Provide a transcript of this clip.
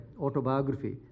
autobiography